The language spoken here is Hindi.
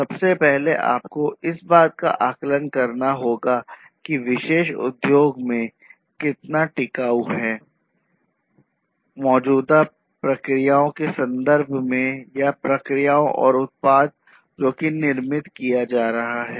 सबसे पहले आपको इस बात का आकलन करना होगा कि विशेष उद्योग कितना टिकाऊ है मौजूदा प्रक्रियाओं के संदर्भ में या प्रक्रियाओं या उत्पाद जोकि निर्मित किया जा रहा है